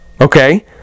Okay